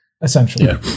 Essentially